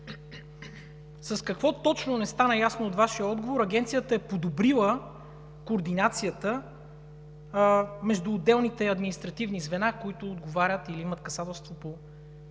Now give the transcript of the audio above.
С какво точно – не стана ясно от Вашия отговор – Агенцията е подобрила координацията между отделните административни звена, които отговарят или имат касателство по